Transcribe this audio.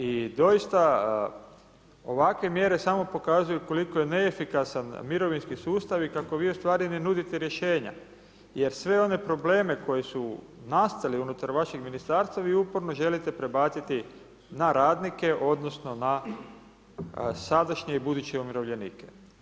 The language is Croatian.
I doista ovakve mjere samo pokazuju koliko je neefikasan mirovinski sustav i kako vi ustvari ne nudite rješenja jer sve one probleme koji su nastali unutar vašeg ministarstva vi uporno želite prebaciti na radnike odnosno na sadašnje i buduće umirovljenike.